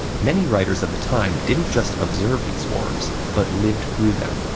many writers of the time didn't just observe these horrors, but lived through them.